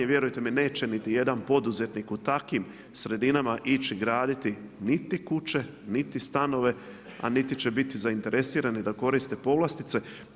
I vjerujte mi neće niti jedan poduzetnik u takvim sredinama ići graditi niti kuće, niti stanove, a niti će biti zainteresirani da koriste povlastice.